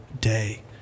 day